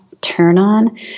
turn-on